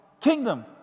kingdom